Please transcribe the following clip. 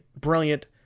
brilliant